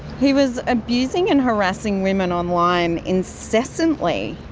he was abusing and harassing women online incessantly.